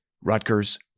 Rutgers